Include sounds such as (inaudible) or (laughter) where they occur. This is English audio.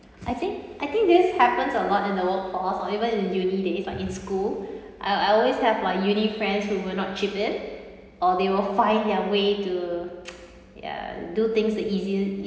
I think I think this happens a lot in the workforce or even uni days like in school I I'll always have like uni friends who will not chip in or they will find their way to (noise) yeah do things easy